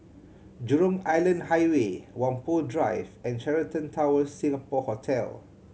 Jurong Island Highway Whampoa Drive and Sheraton Tower Singapore Hotel